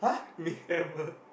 meat hammer